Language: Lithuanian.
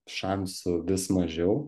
šansų vis mažiau